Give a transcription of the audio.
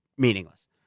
Meaningless